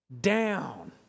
down